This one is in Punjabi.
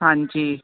ਹਾਂਜੀ